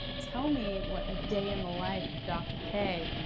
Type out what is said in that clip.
tell me what a day in the life of dr. k,